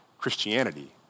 Christianity